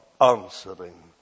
answering